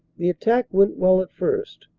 the attack went well at first,